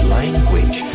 language